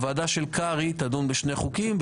הוועדה של קרעי תדון בשני חוקים.